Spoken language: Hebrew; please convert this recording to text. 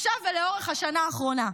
עכשיו ולאורך השנה האחרונה: